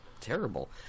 terrible